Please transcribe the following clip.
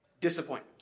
disappointment